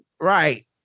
Right